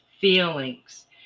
feelings